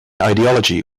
ideology